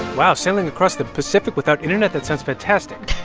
wow, sailing across the pacific without internet that sounds fantastic.